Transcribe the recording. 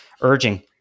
urging